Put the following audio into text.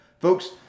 Folks